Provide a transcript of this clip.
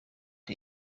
the